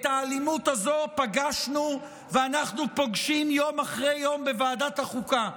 את האלימות הזו פגשנו ואנחנו פוגשים יום אחרי יום בוועדת החוקה.